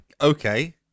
Okay